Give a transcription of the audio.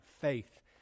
faith